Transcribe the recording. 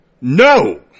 No